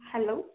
hello